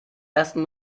ersten